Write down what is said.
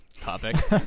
topic